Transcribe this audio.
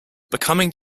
becoming